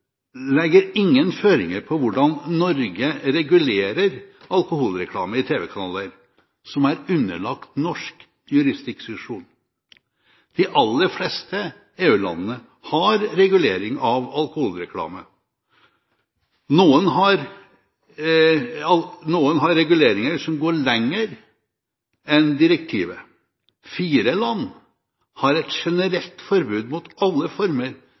legger ingen føringer for hvordan Norge regulerer alkoholreklame i tv-kanaler som er underlagt norsk jurisdiksjon. De aller fleste EU-landene har regulering av alkoholreklame. Noen har reguleringer som går lenger enn direktivet. Fire land har et generelt forbud mot alle former